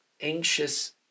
anxious